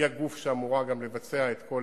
היא הגוף שאמור גם לבצע את כל